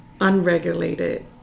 unregulated